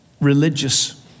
religious